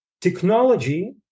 technology